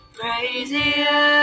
crazier